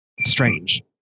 strange